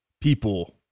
people